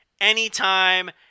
anytime